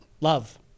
love